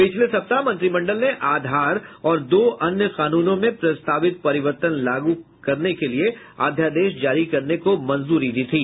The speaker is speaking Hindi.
पिछले सप्ताह मंत्रिमंडल ने आधार और दो अन्य कानूनों में प्रस्तावित परिवर्तन लागू करने के लिए अध्यादेश जारी करने को मंजूरी दी थी